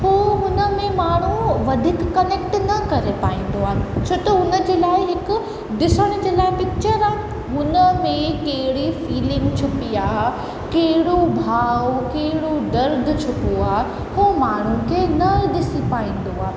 हू हुन में माण्हू वधीक कनैक्ट न करे पाईंदो आहे छो त उन जे लाइ हिक ॾिसण जे लाइ पिक्चर आहे हुन में कहिड़े फीलींग छुपी आहे कहिड़ो भाव कहिड़ो दर्द छुपो आहे हू माण्हू खे न ॾिसी पाईंदो आहे